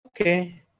Okay